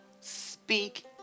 speak